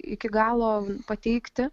iki galo pateikti